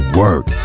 work